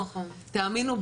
תאמינו,